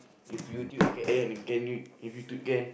if YouTube can add can you if YouTube can